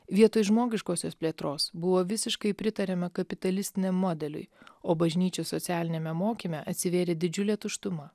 vietoj žmogiškosios plėtros buvo visiškai pritariama kapitalistiniam modeliui o bažnyčios socialiniame mokyme atsivėrė didžiulė tuštuma